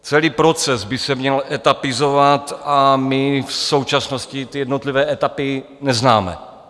Celý proces by se měl etapizovat a my v současnosti jednotlivé etapy neznáme.